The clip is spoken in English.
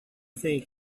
thing